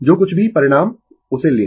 जो कुछ भी परिणाम उसे लें